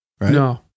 No